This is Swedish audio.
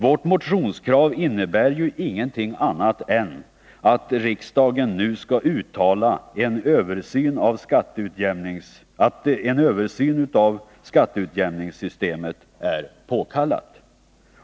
Vårt motionskrav innebär ju inget annat än att riksdagen nu skall uttala att en översyn av skatteutjämningssystemet är påkallad.